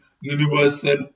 Universal